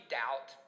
doubt